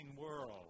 world